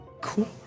Cool